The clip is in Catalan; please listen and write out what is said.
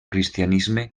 cristianisme